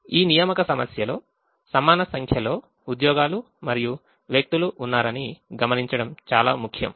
ఈ అసైన్మెంట్ ప్రాబ్లెమ్లో సమాన సంఖ్యలో ఉద్యోగాలు మరియు వ్యక్తులు ఉన్నారని గమనించడం చాలా ముఖ్యం